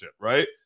right